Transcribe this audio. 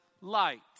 light